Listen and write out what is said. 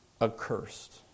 accursed